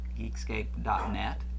geekscape.net